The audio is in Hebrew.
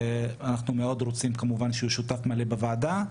אנחנו מאוד רוצים כמובן שהוא יהיה שותף מלא בוועדה.